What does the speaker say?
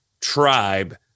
tribe